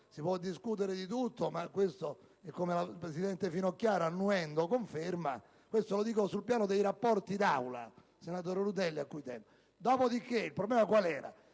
Si può discutere di tutto, ma, come la presidente Finocchiaro annuendo conferma... Questo lo dico sul piano dei rapporti di Aula, senatore Rutelli, a cui tengo. Dopodiché, il problema è il